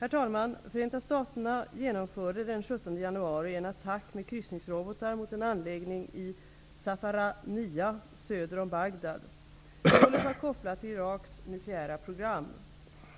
Herr talman! Förenta Staterna genomförde den 17 januari en attack med kryssningsrobotar mot en anläggning i Zaafaraniyah söder om Bagdad. Målet var kopplat till Iraks nukleära program.